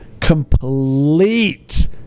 complete